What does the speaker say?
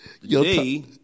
today